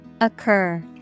Occur